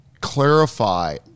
clarify